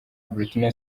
britney